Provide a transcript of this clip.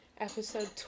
episode